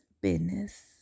business